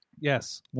Yes